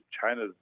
China